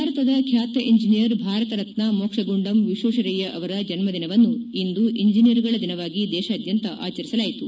ಭಾರತದ ಖ್ಯಾತ ಇಂಜಿನಿಯರ್ ಭಾರತರತ್ನ ಮೋಕ್ಷಗುಂಡಂ ವಿಕ್ಷೇತ್ವರಯ್ಯ ಅವರ ಜನ್ದಿನವನ್ನು ಇಂದು ಇಂಜಿನಿಯರ್ಗಳ ದಿನವಾಗಿ ದೇಶಾದ್ಯಂತ ಆಚರಿಸಲಾಯಿತು